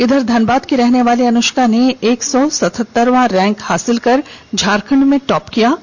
इधर धनबाद की रहने वाली अनुष्का ने एक सौ सतहत्तरवां रैंक हासिल कर झारखंड टॉप किया है